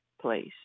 place